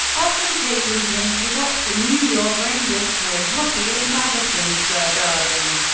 often taking him to watch the new york rangers play hockey at madison square garden.